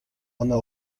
one